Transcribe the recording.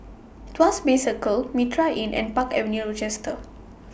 Tuas Bay Circle Mitraa Inn and Park Avenue Rochester